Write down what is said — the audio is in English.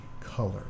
color